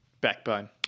Backbone